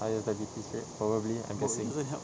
highest diabetes rate probably I'm guessing